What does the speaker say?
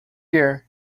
year